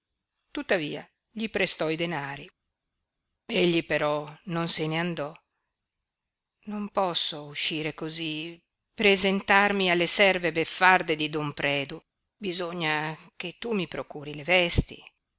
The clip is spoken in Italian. tuttavia gli prestò i denari egli però non se ne andò non posso uscire cosí presentarmi alle serve beffarde di don predu bisogna che tu mi procuri le vesti